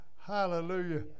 Hallelujah